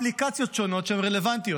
אפליקציות שונות שהן רלוונטיות.